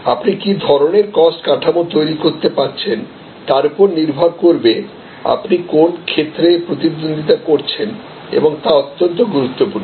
আপনি কি ধরনের কস্ট কাঠামো তৈরি করতে পারছেন তার উপর নির্ভর করবে আপনি কোন ক্ষেত্রে প্রতিদ্বন্দ্বিতা করছেন এবং তা অত্যন্ত গুরুত্বপূর্ণ